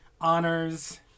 honors